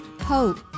hope